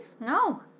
No